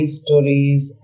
stories